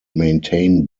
maintain